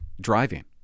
driving